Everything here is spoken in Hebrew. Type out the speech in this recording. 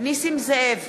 נסים זאב,